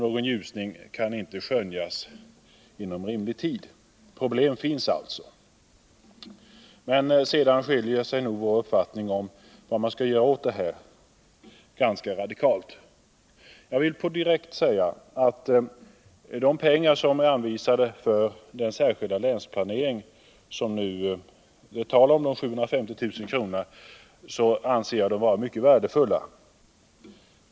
Någon ljusning kan inte skönjas inom rimlig tid. Problem finns alltså. Våra uppfattningar om vad man skall göra åt detta skiljer sig nog ganska radikalt. Jag vill direkt säga att de pengar som anvisats till den särskilda länsplaneringen, 750 000 kr. anser jag vara mycket värdefulla.